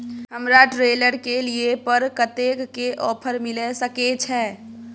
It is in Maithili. हमरा ट्रेलर के लिए पर कतेक के ऑफर मिलय सके छै?